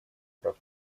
прав